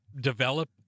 develop